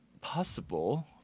possible